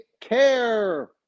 care